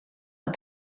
dan